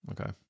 okay